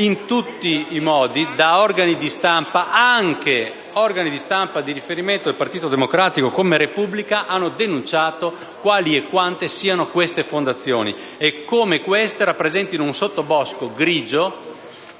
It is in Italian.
in tutti i modi dagli organi di stampa: anche organi di stampa di riferimento del PD come «la Repubblica» hanno denunciato quali e quante siano queste fondazioni e come esse rappresentino un sottobosco grigio